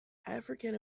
african